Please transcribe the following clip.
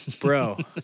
Bro